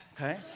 okay